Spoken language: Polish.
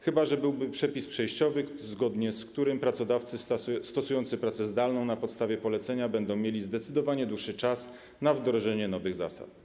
Chyba że byłby przepis przejściowy, zgodnie z którym pracodawcy stosujący pracę zdalną na podstawie polecenia będą mieli zdecydowanie dłuższy czas na wdrożenie nowych zasad.